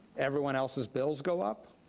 everyone else's bills go up,